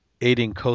aiding